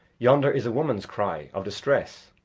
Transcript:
yonder is a woman's cry of distress,